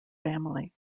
family